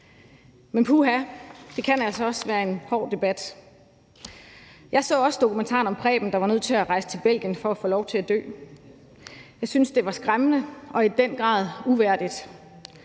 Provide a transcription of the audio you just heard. Men puha, det kan altså også være en hård debat. Jeg så også dokumentaren om Preben, der var nødt til at rejse til Belgien for at få lov til at dø. Jeg synes, det var skræmmende og i den grad uværdigt.